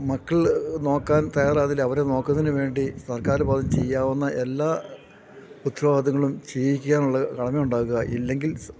മക്കൾ നോക്കാൻ തയ്യാറാകുന്നില്ലെങ്കില് അവരെ നോക്കുന്നതിനുവേണ്ടി സർക്കാരിന്റെ ഭാഗത്തുനിന്നു ചെയ്യാവുന്ന എല്ലാ ഉത്തരവാദിത്തങ്ങളും ചെയ്യിക്കാനുള്ള കടമയുണ്ടാക്കുക ഇല്ലെങ്കിൽ